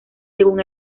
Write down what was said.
según